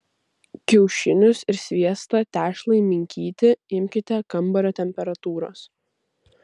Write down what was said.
kiaušinius ir sviestą tešlai minkyti imkite kambario temperatūros